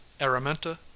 Araminta